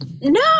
no